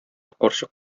карчык